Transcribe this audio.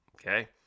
Okay